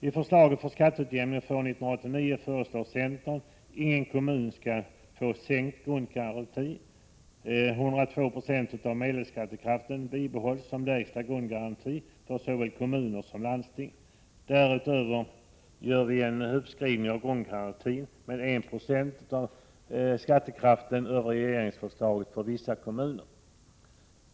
I förslaget för skatteutjämning för år 1989 föreslår centern: Ingen kommun skall få sänkt grundgaranti. 102 26 av medelskattekraften bibehålls som lägsta grundgaranti för såväl kommuner som landsting. Därutöver gör vi en uppskrivning av grundgarantin med 1 76 av medelskattekraften utöver regeringsförslaget för vissa kommuner.